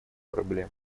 проблем